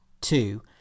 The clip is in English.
two